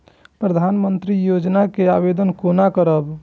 प्रधानमंत्री योजना के आवेदन कोना करब?